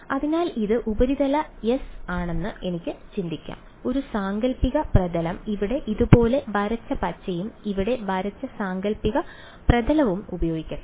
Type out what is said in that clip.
അതിനാൽ ഇത് ഉപരിതല S ആണെന്ന് എനിക്ക് ചിന്തിക്കാം ഒരു സാങ്കൽപ്പിക പ്രതലം ഇവിടെ ഇതുപോലെ വരച്ച പച്ചയും ഇവിടെ വരച്ച സാങ്കൽപ്പിക പ്രതലവും ഉപയോഗിക്കട്ടെ